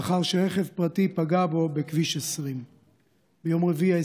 לאחר שרכב פרטי פגע בו בכביש 20. ביום רביעי,